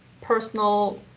personal